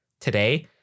today